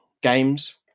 Games